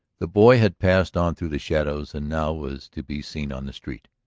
the boy had passed on through the shadows and now was to be seen on the street.